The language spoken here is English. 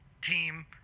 team